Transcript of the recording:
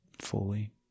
fully